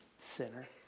sinner